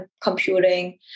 computing